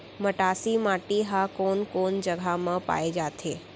मटासी माटी हा कोन कोन जगह मा पाये जाथे?